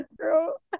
girl